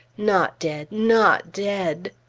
not dead! not dead!